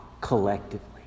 collectively